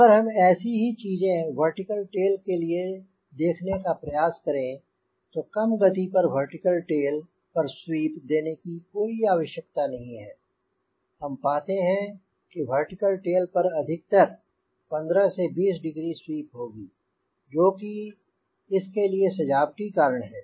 अगर हम ऐसी ही चीजें वर्टिकल टेल के लिए देखने का प्रयास करें तो कम गति पर वर्टिकल टेल पर स्वीप देने की कोई आवश्यकता नहीं है हम पाते हैं कि वर्टिकल टेल पर अधिकतर 15 से 20 डिग्री स्वीप होगी जोकि इसके लिए सजावटी कारण है